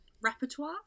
repertoire